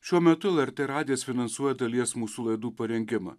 šiuo metu lrt radijas finansuoja dalies mūsų laidų parengimą